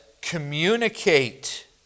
communicate